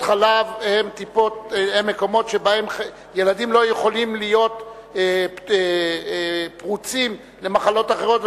טיפות-חלב הן מקומות שבהם ילדים לא יכולים להיות חשופים למחלות אחרות,